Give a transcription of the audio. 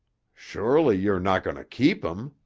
surely you're not going to keep him?